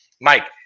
Mike